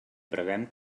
preguem